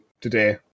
today